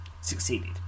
succeeded